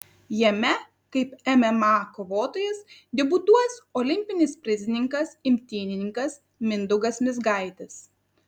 jame kaip mma kovotojas debiutuos olimpinis prizininkas imtynininkas mindaugas mizgaitis